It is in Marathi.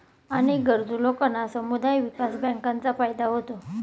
अनेक गरजू लोकांना समुदाय विकास बँकांचा फायदा होतो